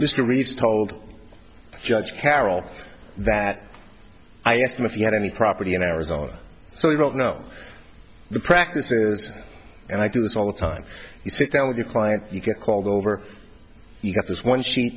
reach told judge carol that i asked him if you had any property in arizona so you don't know the practices and i do this all the time you sit down with your client you get called over you've got this one she